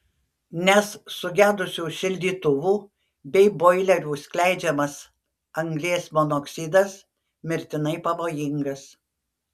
nes sugedusių šildytuvų bei boilerių skleidžiamas anglies monoksidas mirtinai pavojingas